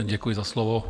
Děkuji za slovo.